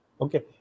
Okay